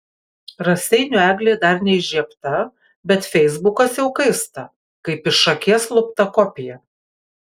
raseinių eglė dar neįžiebta bet feisbukas jau kaista kaip iš akies lupta kopija